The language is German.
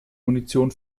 munition